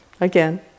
Again